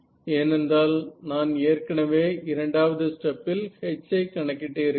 ஏனென்றால் நான் ஏற்கனவே இரண்டாவது ஸ்டெப்பில் H ஐ கணக்கிட்டு இருக்கிறேன்